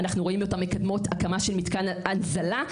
אנחנו רואים אותן מקדמות הקמה של מתקן הנזלה.